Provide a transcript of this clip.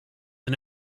and